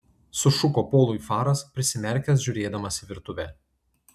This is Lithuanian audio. sušuko polui faras prisimerkęs žiūrėdamas į virtuvę